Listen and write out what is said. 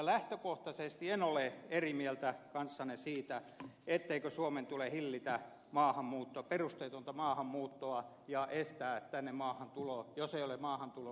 lähtökohtaisesti en ole eri mieltä kanssanne siitä etteikö suomen tule hillitä perusteetonta maahanmuuttoa ja estää maahantulo tänne jos ei ole maahantuloon laillisia edellytyksiä